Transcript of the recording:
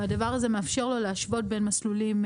הדבר הזה מאפשר לו להשוות בין מסלולים.